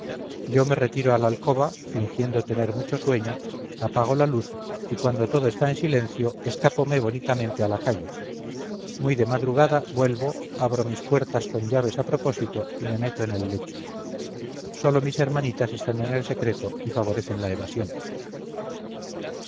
yo me retiro a la alcoba fingiendo tener mucho sueño apago la luz y cuando todo está en silencio escápome bonitamente a la calle muy de madrugada vuelvo abro mis puertas con llaves a propósito y me meto en el lecho sólo mis hermanitas están en el secreto y favorecen la evasión